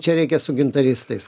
čia reikia su gitaristais